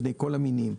בני כל המינים.